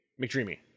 McDreamy